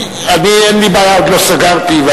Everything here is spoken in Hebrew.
אין לי בעיה, עוד לא סגרנו.